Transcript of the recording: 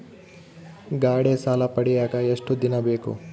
ಗಾಡೇ ಸಾಲ ಪಡಿಯಾಕ ಎಷ್ಟು ದಿನ ಬೇಕು?